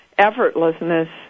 effortlessness